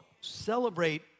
celebrate